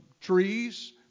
trees